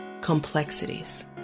complexities